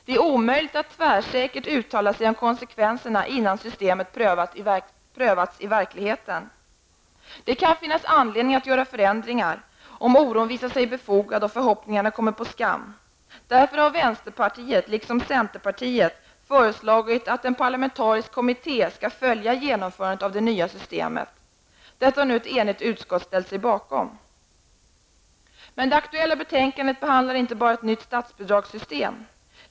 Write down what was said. Det är omöjligt att tvärsäkert uttala sig om konsekvenserna innan systemet prövats i verkligheten. Det kan finnas anledning att göra förändringar om oron visar sig befogad och förhoppningarna kommer på skam. Därför har vänsterpartiet, liksom centerpartiet, föreslagit att en parlamentarisk kommitté skall följa genomförandet av det nya systemet. Detta har nu ett enigt utskott ställt sig bakom. Det aktuella betänkandet behandlar inte bara ett nytt statsbidragssystem.